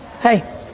Hey